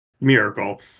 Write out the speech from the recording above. miracle